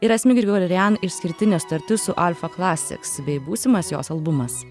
ir asmik grigorian išskirtinė sutartis su alfa klasiks bei būsimas jos albumas